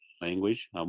language